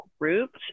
groups